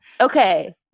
Okay